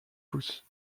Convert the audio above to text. pousse